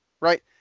Right